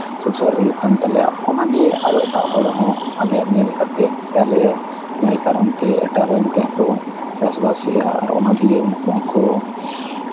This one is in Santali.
ᱥᱚᱝᱥᱟᱨ ᱦᱩᱭᱩᱜ ᱠᱟᱱ ᱛᱟᱞᱮᱭᱟ ᱚᱱᱟ ᱫᱤᱭᱮ ᱟᱨᱚ ᱮᱴᱟᱜ ᱦᱚᱲ ᱦᱚᱸ ᱟᱞᱮᱭᱟᱜ ᱧᱮᱞ ᱠᱟᱛᱮᱫ ᱥᱮ ᱟᱞᱮ ᱠᱟᱨᱚᱱᱛᱮ ᱮᱴᱟᱜ ᱨᱮ ᱚᱱᱛᱮ ᱦᱚᱸᱠᱚ ᱪᱟᱥ ᱵᱟᱥᱮᱫᱼᱟ ᱟᱨ ᱚᱱᱟ ᱫᱤᱭᱮ ᱩᱱᱠᱩ ᱦᱚᱸᱠᱚ